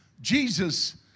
Jesus